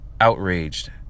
Outraged